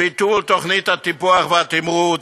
ביטול תוכנית הטיפוח והתמרוץ,